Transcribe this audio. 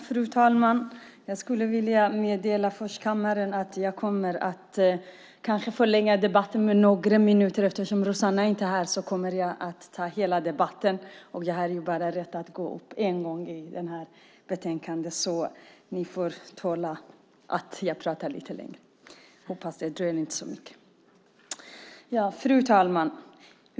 Fru talman! Jag vill meddela kammaren att jag kanske kommer att förlänga debatten med några minuter. Eftersom Rossana Dinamarca inte är här kommer jag att ta debatten för Vänsterpartiets räkning. Jag har ju bara rätt att gå upp en gång i den här debatten, så ni får tåla att jag håller ett lite längre anförande. Jag hoppas att det inte gör så mycket. Fru talman!